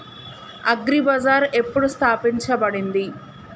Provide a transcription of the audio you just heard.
Agri Bazaar ఎప్పుడు స్థాపించబడింది?